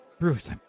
Bruce